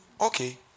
Okay